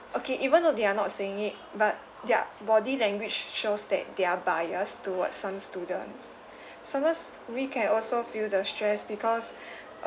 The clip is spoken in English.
okay even though they are not saying it but their body language shows that they are biased towards some students sometimes we also feel the stress because